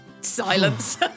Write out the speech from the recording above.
Silence